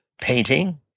painting